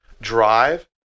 drive